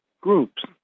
groups